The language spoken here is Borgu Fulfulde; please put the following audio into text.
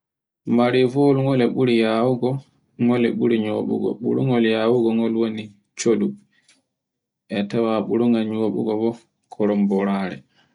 Mare fuf ɓuri yawugo mole ɓuri nyoɓugo, ɓurogo yawugo ngon woni ɓuri codu, e tawa ɓurgol nyoɓugo fu koromborare